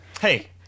hey